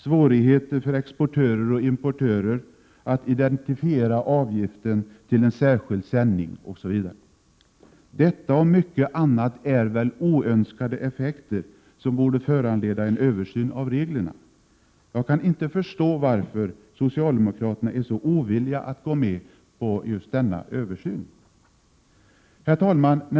Svårigheter föreligger för exportörer och importörer att identifiera avgiften till en särskild sändning osv. Detta och mycket annat är väl oönskade effekter som borde föranleda en översyn av reglerna. Jag kan inte förstå varför socialdemokraterna är så ovilliga att gå med just på denna översyn. Herr talman!